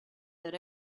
that